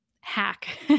hack